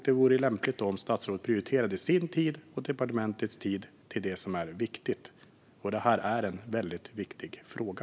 Det vore lämpligt om statsrådet prioriterade sin och departementets tid till det som är viktigt, och detta är en väldigt viktig fråga.